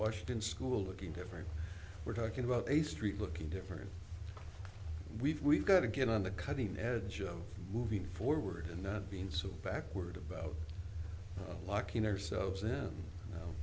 washington school looking every we're talking about a street looking different we've we've got to get on the cutting edge of moving forward and not being so backward about locking ourselves